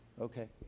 Okay